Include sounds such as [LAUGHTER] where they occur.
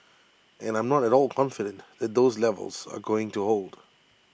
[NOISE] and I'm not at all confident that those levels are going to hold